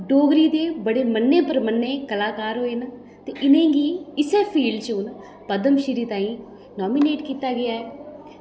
डोगरी दे बड़े मन्ने परमन्ने दे कलाकार होये न ते उनेंगी इस्सै फील्ड च पद्मश्री ताहीं नामीनेट कीता गेआ ऐ